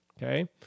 Okay